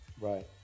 Right